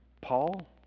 Paul